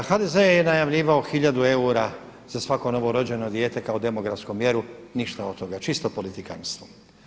HDZ je najavljivao hiljadu eura za svako novorođeno dijete kao demografsku mjeru, ništa od toga, čisto politikanstvo.